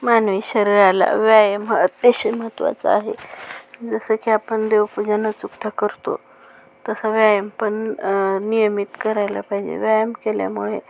मानवी शरीराला व्यायाम हा अतिशय महत्त्वाचं आहे जसं की आपण देवपूजा न चुकता करतो तसा व्यायाम पण नियमित करायला पाहिजे व्यायाम केल्यामुळे